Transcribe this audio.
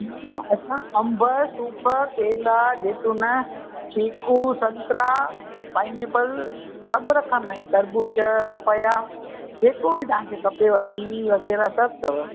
न न असां अम्बु सूफ केला जैतून चीकू संतरा पाइनेपल सभु रखंदा आहियूं तरबूज पपाया जेको बि तव्हांखे खपेव कीवी वग़ैरह सभु अथव